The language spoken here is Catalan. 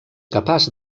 capaç